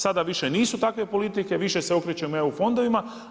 Sada više nisu takve politike, više se okrećemo EU fondovima.